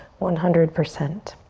one hundred percent.